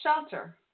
shelter